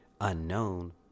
unknown